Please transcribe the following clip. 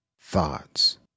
thoughts